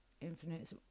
infinite